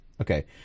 Okay